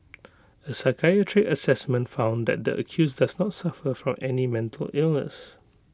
A psychiatric Assessment found that the accused does not suffer from any mental illness